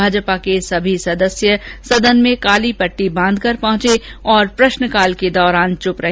भाजपा के सभी सदस्य सदन में काली पट्टी बांध कर पहंचे और प्रश्नकाल दौरान चुप रहे